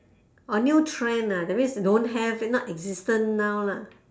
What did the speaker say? orh new trend ah that means don't have not existent now lah